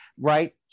Right